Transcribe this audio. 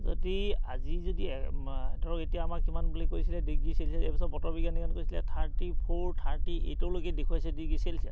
যদি আজি যদি মা ধৰক এতিয়া আমাৰ কিমান বুলি কৈছিলে ডিগ্ৰী চেলছিয়াছ এই বছৰ বতৰ বিজ্ঞানীয়ে কিমান কৈছিলে থাৰ্টি ফ'ৰ থাৰ্টি এইটলৈকে দেখুৱাইছে ডিগ্ৰী চেলছিয়াছ